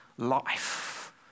life